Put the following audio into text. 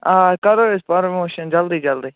آ کَرو أسۍ پَرموشَن جلدی جلدی